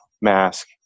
mask